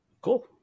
Cool